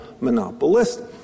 monopolistic